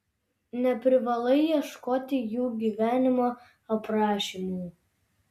neprivalai ieškoti jų gyvenimo aprašymų